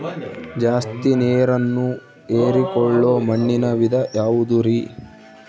ಜಾಸ್ತಿ ನೇರನ್ನ ಹೇರಿಕೊಳ್ಳೊ ಮಣ್ಣಿನ ವಿಧ ಯಾವುದುರಿ?